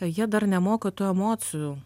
jie dar nemoka tų emocijų